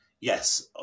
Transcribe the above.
yes